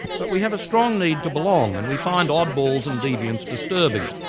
but we have a strong need to belong and we find oddballs and deviants disturbing.